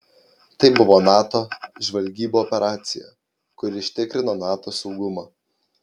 tai buvo nato žvalgybų operacija kuri užtikrino nato saugumą